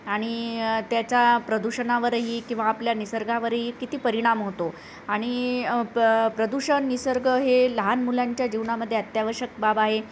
आणि त्याचा प्रदूषणावरही किंवा आपल्या निसर्गावरही किती परिणाम होतो आणि प प्रदूषण निसर्ग हे लहान मुलांच्या जीवनामध्ये अत्यावश्यक बाब आहे